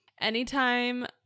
anytime